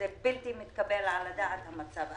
זה בלתי מתקבל על הדעת המצב.